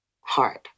hard